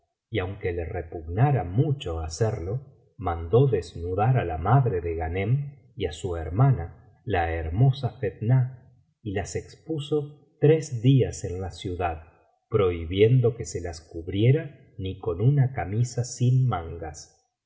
y aunque le repugnara mucho hacerlo mandó desnudar á la madre de guanera y á su hermana la hermosa fetnah v las expuso tres días en la ciudad prohibiendo que se las cubriera ni con una camisa sin mangas